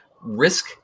risk